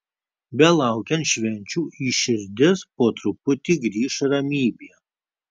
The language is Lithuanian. belaukiant švenčių į širdis po truputį grįš ramybė